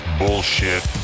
bullshit